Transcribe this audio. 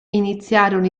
iniziarono